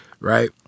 Right